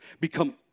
become